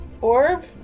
orb